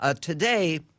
Today